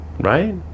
right